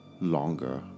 longer